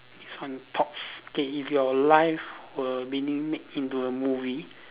this one thoughts okay if your life were being made into a movie